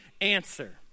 answer